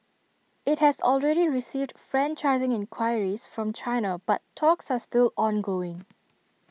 IT has already received franchising enquiries from China but talks are still ongoing